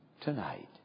tonight